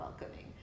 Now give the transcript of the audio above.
welcoming